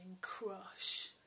crush